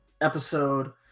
episode